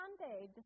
Sunday